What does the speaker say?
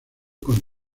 con